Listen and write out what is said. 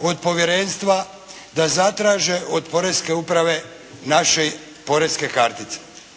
od Povjerenstva da zatraže od Poreske uprave naše poreske kartice.